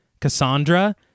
Cassandra